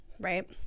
right